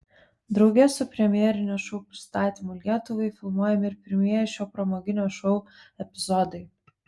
drauge su premjerinio šou pristatymu lietuvai filmuojami ir pirmieji šio pramoginio šou epizodai